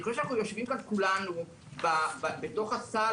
אני חושב שאנחנו יושבים כאן כולנו בתוך הסל